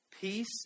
Peace